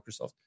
Microsoft